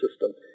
system